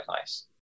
nice